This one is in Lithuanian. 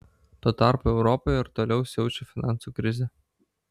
tuo tarpu europoje ir toliau siaučia finansų krizė